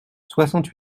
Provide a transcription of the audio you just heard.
soixante